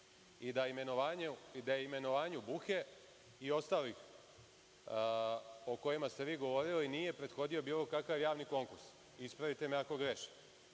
I da imenovanju Buhe i ostalih, o kojima ste vi govorili, nije prethodio bilo kakav javni konkurs, ispravite me ako grešim?